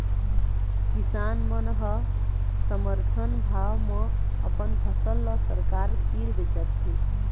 किसान मन ह समरथन भाव म अपन फसल ल सरकार तीर बेचत हे